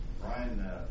Brian